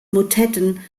motetten